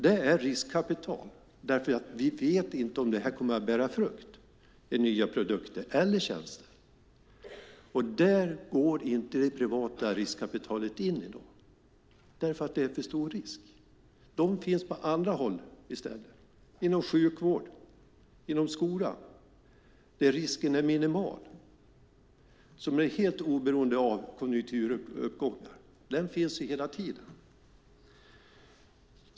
Det är riskkapital, för vi vet inte om det här kommer att bära frukt och bli nya produkter eller tjänster. Där går inte det privata riskkapitalet in i dag - det är en för stor risk. Det finns på andra håll i stället, inom sjukvård och inom skola, där risken är minimal och där man är helt oberoende av konjunkturuppgångar. Det här finns ju hela tiden.